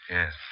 Yes